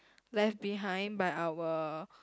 left behind by our